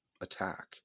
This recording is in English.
attack